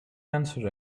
answer